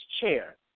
chair